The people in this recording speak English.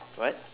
what